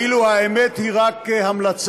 כאילו האמת היא רק המלצה.